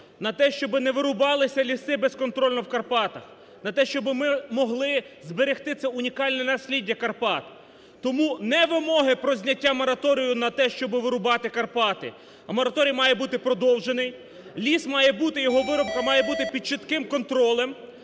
на те, щоб не вирубалися ліси безконтрольно в Карпатах, на те, щоб ми могли зберегти це унікальне насліддя Карпат. Тому, не вимоги про зняття мораторію на те, щоб вирубати Карпати, а мораторій має бути продовжений, ліс має бути, його вирубка має бути під чітким контролем.